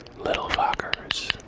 little fockers.